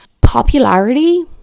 Popularity